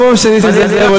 כל פעם שנסים זאב עולה,